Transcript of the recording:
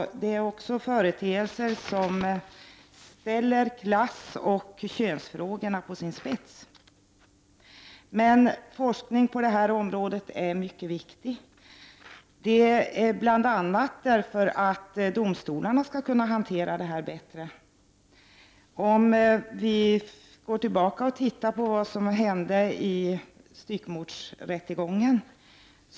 Det är också fråga om företeelser som ställer klassoch könsfrågorna på sin spets. Forskning på detta område är emellertid mycket viktig, bl.a. därför att domstolarna skall kunna hantera dessa frågor bättre. Det inser man om man går tillbaka och tittar på vad som hände i styckmordsrättegången.